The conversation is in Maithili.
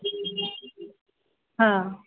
हँ